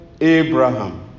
Abraham